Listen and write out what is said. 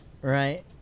Right